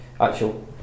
actual